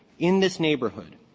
in this neighborhood,